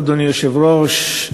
אדוני היושב-ראש,